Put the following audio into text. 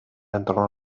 entorno